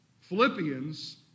Philippians